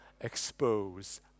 expose